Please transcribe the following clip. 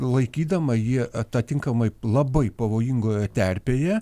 laikydama jį atatinkamai labai pavojingoje terpėje